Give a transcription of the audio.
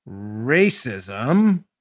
racism